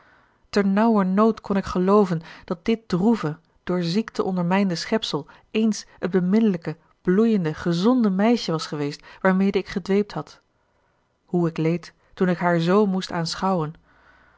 ternauwernood kon ik gelooven dat dit droeve door ziekte ondermijnde schepsel eens het beminnelijke bloeiende gezonde meisje was geweest waarmede ik gedweept had hoe ik leed toen ik haar z moest